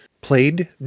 Played